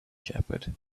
shepherd